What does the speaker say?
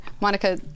monica